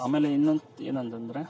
ಆಮೇಲೆ ಇನ್ನೊಂದು ಇನ್ನೊಂದಂದರೆ